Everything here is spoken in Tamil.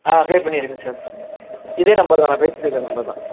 ஆ அப்டேட் பண்ணியிருங்க சார் இதே நம்பர் தான் நான் பேசிட்டுருக்க நம்பர் தான்